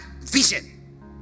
vision